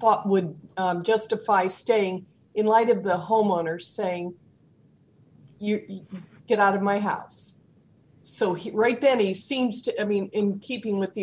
thought would justify staying in light of the homeowner saying you get out of my house so he's right then he seems to i mean in keeping with the